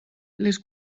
les